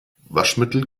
waschmittel